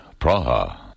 Praha